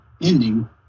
ending